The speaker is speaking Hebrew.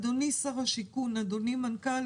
אדוני שר השיכון, אדוני מנכ"ל